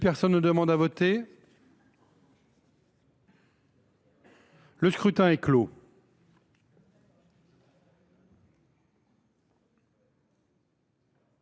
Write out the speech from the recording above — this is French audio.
Personne ne demande plus à voter ?… Le scrutin est clos.